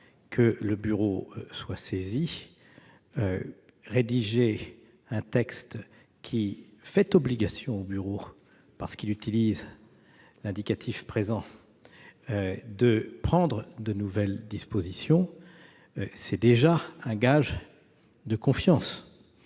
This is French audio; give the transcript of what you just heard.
que le Bureau soit saisi, rédiger un texte qui fait obligation au Bureau, en ce qu'il utilise l'indicatif présent, de prendre de nouvelles dispositions, c'est déjà un gage de confiance.